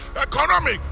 economic